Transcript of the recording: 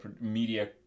media